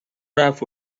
رفت